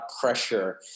pressure